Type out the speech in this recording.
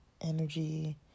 energy